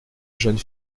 jeunes